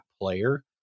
player